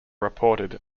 reported